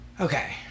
okay